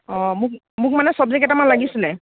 অঁ মোক মোক মানে চব্জি কেইটামান লাগিছিলে